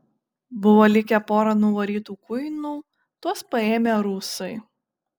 buvo likę pora nuvarytų kuinų tuos paėmę rusai